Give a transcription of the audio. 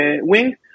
wing